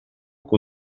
que